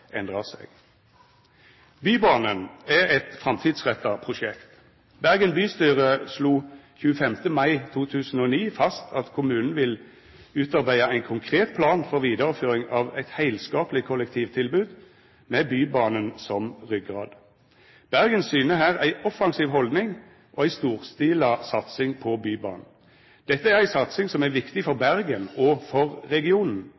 endrar seg. Bybanen er eit framtidsretta prosjekt. Bergen bystyre slo 25. mai 2009 fast at kommunen vil utarbeida ein konkret plan for vidareføring av eit heilskapleg kollektivtilbod med Bybanen som ryggrad. Bergen syner her ei offensiv haldning og ei storstila satsing på Bybanen. Dette er ei satsing som er viktig for Bergen og for regionen.